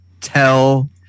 tell